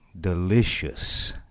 delicious